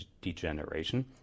degeneration